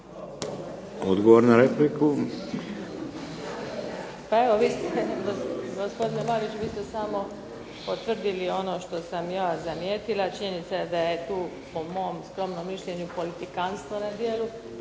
Odgovor na repliku.